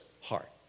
heart